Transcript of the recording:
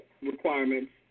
requirements